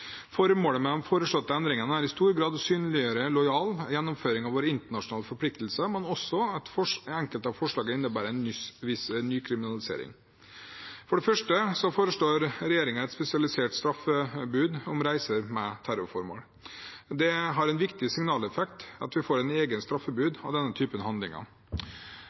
Formålet med de foreslåtte endringene er i stor grad å synliggjøre en lojal gjennomføring av våre internasjonale forpliktelser og også at enkelte av forslagene innebærer en ny kriminalisering. For det første foreslår regjeringen et spesialisert straffebud mot reiser med terrorformål. Det har en viktig signaleffekt at vi får et eget straffebud av denne typen handlinger.